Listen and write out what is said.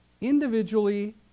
individually